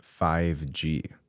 5G